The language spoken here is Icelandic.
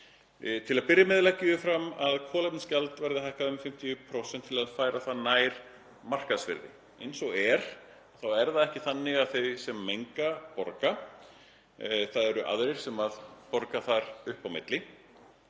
Til að byrja með leggjum við til að kolefnisgjald verði hækkað um 50% til að færa það nær markaðsvirði. Eins og er þá er það ekki þannig að þau sem menga borgi, það eru aðrir sem borga þar upp á milli